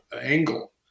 angle